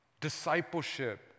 discipleship